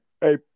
Hey